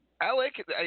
Alec